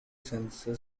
sensor